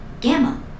Gamma